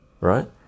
right